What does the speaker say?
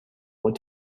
what